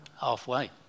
Halfway